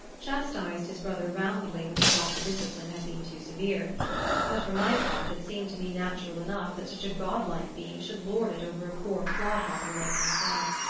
chastised his brother roundly when he thought the discipline had been too severe but for my part it seemed to me natural enough that such a godlike being should lord it over a poor clodhopper like myself.